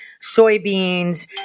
soybeans